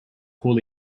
first